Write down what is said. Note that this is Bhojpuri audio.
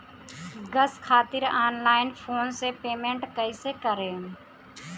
गॅस खातिर ऑनलाइन फोन से पेमेंट कैसे करेम?